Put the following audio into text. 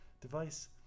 device